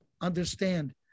Understand